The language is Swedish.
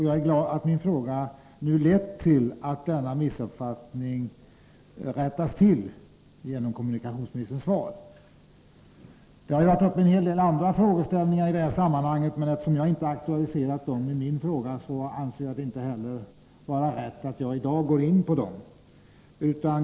Jag är glad att min fråga lett till att denna missuppfattning nu rättas till genom kommunikationsministerns svar. Det har dykt upp en hel del andra frågeställningar i det här sammanhanget, men eftersom jag inte har aktualiserat dem i min fråga anser jag det inte vara rätt att jag i dag går in på dem.